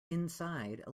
inside